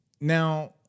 Now